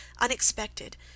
unexpected